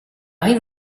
rive